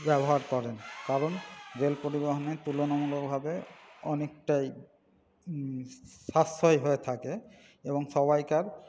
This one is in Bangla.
ব্যবহার করেন কারণ রেল পরিবহণে তুলনামূলকভাবে অনেকটাই সাশ্রয় হয়ে থাকে এবং সবাইকার